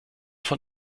von